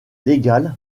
légal